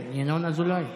כן, ינון אזולאי.